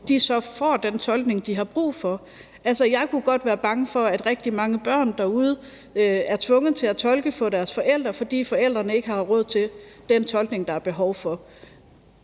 ikke får den tolkning, de har brug for. Altså, jeg kunne godt være bange for, at rigtig mange børn derude er tvunget til at tolke for deres forældre, fordi forældrene ikke har råd til den tolkning, der er behov for.